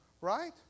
Right